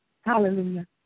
Hallelujah